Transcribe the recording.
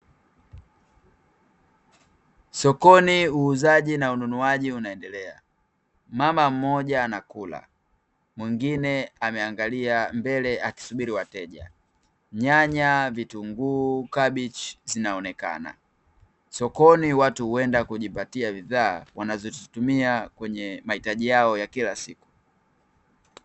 Sokoni uuzaji na ununuaji unaendelea mama mmoja anakula mwingine ameangalia mbele akisubiri wateja nyanya, vitunguu, kabichi zinaonekana, sokoni watu huenda kujipatia bidhaa wanazotumia kwenye mahitaji yao ya kila siku.